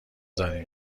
داریم